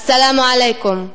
א-סלאם עליכום.